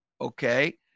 okay